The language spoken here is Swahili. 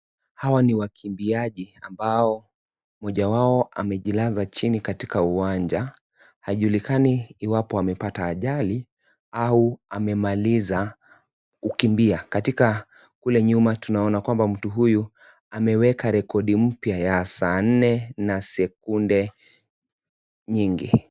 Hawa ni wakimbiaji ambao mmoja wao amejilaza chini katika uwanja hajulikani iwapo amepata ajali au amemaliza kukimbia katika kule nyuma tunaona kwamba mtu huyu ameweka rekodi mpya ya saa nne na sekunde nyingi.